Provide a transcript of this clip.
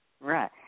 right